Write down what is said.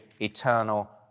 eternal